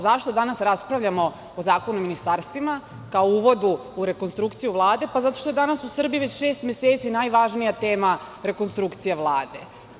Zašto danas raspravljamo o Zakonu o ministarstvima, kao uvodu u rekonstrukciju Vlade, pa zato što je danas u Srbiji šest meseci najvažnija tema rekonstrukcija Vlade.